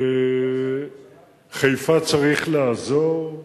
לחיפה צריך לעזור,